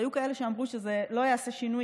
והיו כאלה שאמרו שזה לא יעשה שינוי,